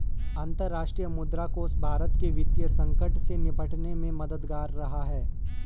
अंतर्राष्ट्रीय मुद्रा कोष भारत के वित्तीय संकट से निपटने में मददगार रहा है